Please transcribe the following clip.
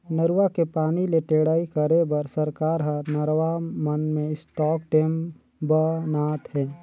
नरूवा के पानी ले टेड़ई करे बर सरकार हर नरवा मन में स्टॉप डेम ब नात हे